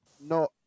no